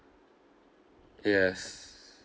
yes